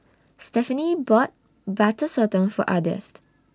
Stephenie bought Butter Sotong For Ardeth